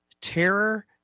terror